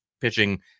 pitching